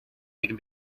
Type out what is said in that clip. there